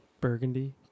burgundy